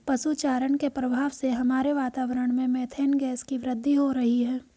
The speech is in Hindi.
पशु चारण के प्रभाव से हमारे वातावरण में मेथेन गैस की वृद्धि हो रही है